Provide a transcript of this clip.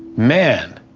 man,